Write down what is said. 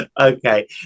Okay